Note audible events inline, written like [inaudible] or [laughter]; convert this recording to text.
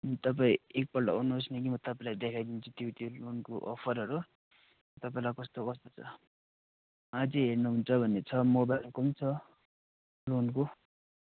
तपाईँ एकपल्ट आउनुहोस् न कि म तपाईँलाई देखाइदिन्छु ट्युटोरियल [unintelligible] को अफरहरू तपाईँलाई कस्तो कस्तो छ अझै हेर्नुहुन्छ भने छ मोबाइलको पनि छ लोनको